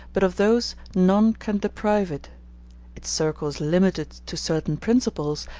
but of those none can deprive it its circle is limited to certain principles,